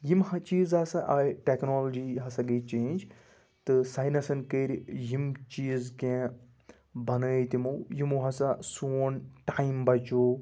یِم ہا چیٖز ہَسا آے ٹیکنالجی ہَسا گٔے چینٛج تہٕ ساینَسَن کٔرۍ یِم چیٖز کینٛہہ بَنٲیِتھ تِمو یِمو ہَسا سون ٹایِم بَچو